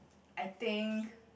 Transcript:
I think